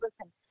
Listen